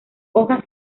hojas